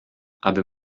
aby